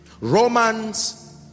romans